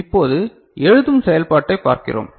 இப்போது எழுதும் செயல்பாட்டை பார்க்கிறோம்